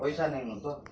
ପଇସା ନେଇନୁ ତ